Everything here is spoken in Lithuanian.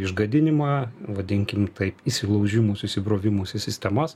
ižgadinimą vadinkime taip įsilaužimus įsibrovimus į sistemas